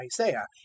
isaiah